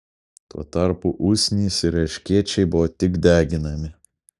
tuo tarpu usnys ir erškėčiai buvo tik deginami